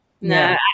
No